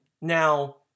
Now